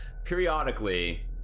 Periodically